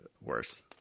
Worse